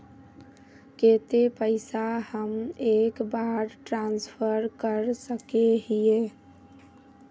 केते पैसा हम एक बार ट्रांसफर कर सके हीये?